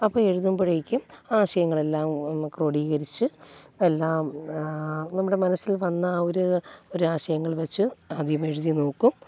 അപ്പോൾ എഴുതുമ്പോഴേക്കും ആശയങ്ങളെല്ലാം ഒന്നു ക്രോഡീകരിച്ച് എല്ലാം നമ്മുടെ മനസ്സിൽ വന്ന ഒരു ഒരാശയങ്ങൾ വെച്ച് ആദ്യമെഴുതിനോക്കും